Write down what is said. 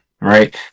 right